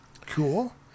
cool